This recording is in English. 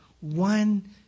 one